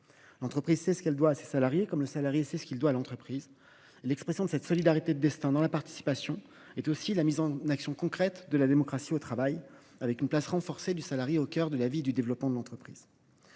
L’entreprise sait ce qu’elle doit à ses salariés comme le salarié sait ce qu’il doit à l’entreprise. L’expression de cette solidarité de destin dans la participation correspond à la mise en action concrète de la démocratie au travail, grâce à la place renforcée donnée au salarié au cœur de la vie et du développement de l’entreprise.